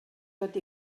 tot